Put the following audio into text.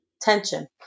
tension